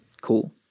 Cool